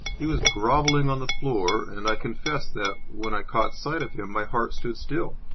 he was grovelling on the floor, and i confess that, when i caught sight of him, my heart stood still.